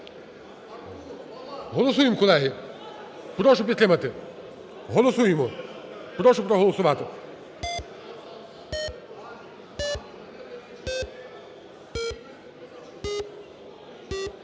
Голосуємо, колеги! Прошу підтримати. Голосуємо! Прошу проголосувати.